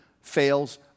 fails